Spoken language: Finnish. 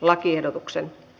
lakiehdotuksen